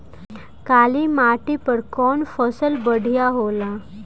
काली माटी पर कउन फसल बढ़िया होला?